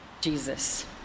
Jesus